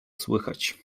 słychać